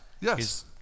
yes